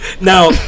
Now